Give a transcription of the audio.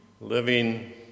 Living